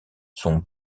son